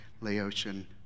Laotian